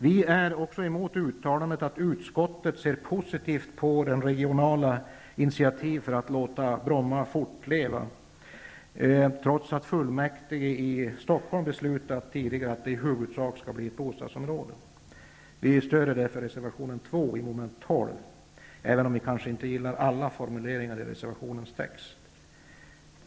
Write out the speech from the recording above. Vi är också emot uttalandet att utskottet ser positivt på regionala initiativ för att låta Bromma fortleva trots att fullmäktige i Stockholm tidigare beslutat att det i huvudsak skall bli ett bostadsområde. Vi stöder reservationen 2 i mom. 12, även om vi inte gillar alla formuleringar i reservationens text.